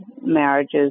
marriages